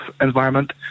environment